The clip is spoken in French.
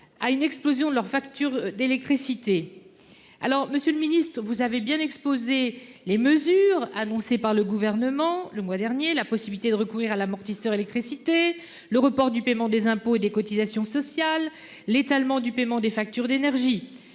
À une explosion de leurs factures d'électricité. Alors Monsieur le Ministre, vous avez bien exposé les mesures annoncées par le gouvernement le mois dernier la possibilité de recourir à l'amortisseur électricité le report du paiement des impôts et des cotisations sociales l'étalement du paiement des factures d'énergie.